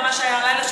וגם מה שהיה הלילה,